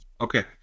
okay